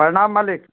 प्रणाम मालिक